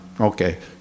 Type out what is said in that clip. okay